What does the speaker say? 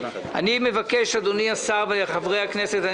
אדוני השר וחברי הכנסת,